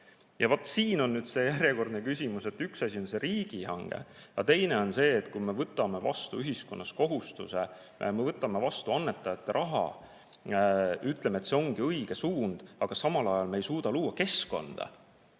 Ja vot siin on see järjekordne küsimus, et üks asi on riigihange, aga teine on see, et kui me võtame vastu ühiskonnas kohustuse, me võtame vastu annetajate raha ja ütleme, et see ongi õige suund, aga samal ajal me ei suuda luua keskkonda,